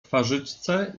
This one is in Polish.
twarzyczce